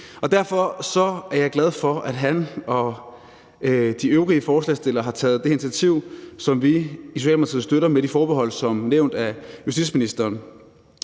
Derfor er jeg glad for, at han og de øvrige forslagsstillere har taget det her initiativ, som vi i Socialdemokratiet støtter med de forbehold, som blev nævnt af justitsministeren.